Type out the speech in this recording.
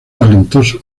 talentoso